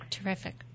Terrific